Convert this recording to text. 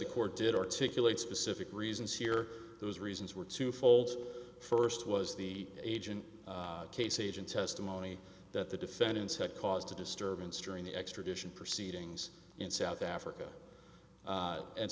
the court did articulate specific reasons here those reasons were twofold first was the agent case agent testimony that the defendants had caused a disturbance during the extradition proceedings in south africa a